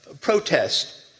Protest